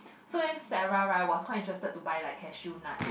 so I think Sarah right was quite interested to buy like cashew nuts